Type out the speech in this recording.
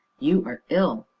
you are ill!